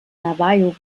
navajo